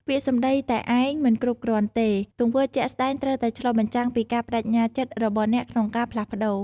ពាក្យសម្ដីតែឯងមិនគ្រប់គ្រាន់ទេ! ទង្វើជាក់ស្តែងត្រូវតែឆ្លុះបញ្ចាំងពីការប្តេជ្ញាចិត្តរបស់អ្នកក្នុងការផ្លាស់ប្តូរ។